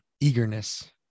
eagerness